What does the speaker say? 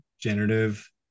generative